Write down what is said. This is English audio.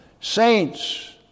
Saints